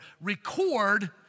record